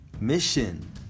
mission